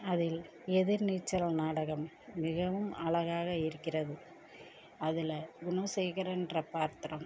அதில் எதிர்நீச்சல் நாடகம் மிகவும் அழகாக இருக்கிறது அதில் குணோசேகரன்கிற பாத்திரம்